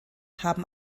haben